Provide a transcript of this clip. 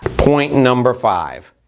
point number five,